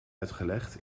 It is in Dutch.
uitgelegd